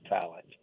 talent